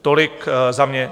Tolik za mě.